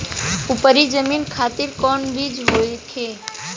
उपरी जमीन खातिर कौन बीज होखे?